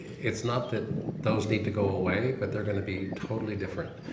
it's not that those need to go away. but they're going to be totally different.